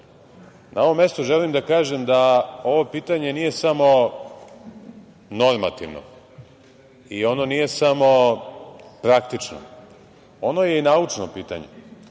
ovom mestu želim da kažem da ovo pitanje nije samo normativno, i ono nije samo praktično, ono je i naučno pitanje.